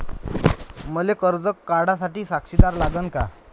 मले कर्ज काढा साठी साक्षीदार लागन का?